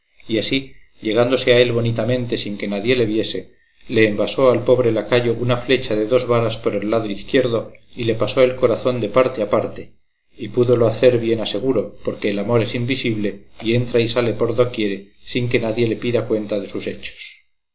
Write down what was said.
y así llegándose a él bonitamente sin que nadie le viese le envasó al pobre lacayo una flecha de dos varas por el lado izquierdo y le pasó el corazón de parte a parte y púdolo hacer bien al seguro porque el amor es invisible y entra y sale por do quiere sin que nadie le pida cuenta de sus hechos